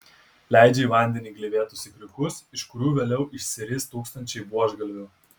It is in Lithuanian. leidžia į vandenį gleivėtus ikriukus iš kurių vėliau išsiris tūkstančiai buožgalvių